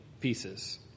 pieces